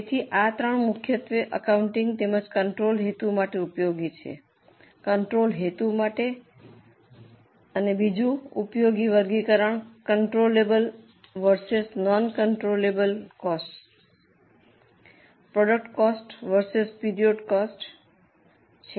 તેથી આ ત્રણ મુખ્યત્વે એકાઉન્ટિંગ તેમજ કંટ્રોલ હેતુ માટે ઉપયોગી છે કંટ્રોલ હેતુ માટે અને બીજું ઉપયોગી વર્ગીકરણ controllable versus non controllable cost product cost versus પિરિઓડના કોસ્ટ છે